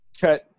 cut